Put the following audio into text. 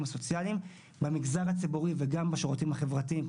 הסוציאליים במגזר הציבורי וגם בשירותים החברתיים,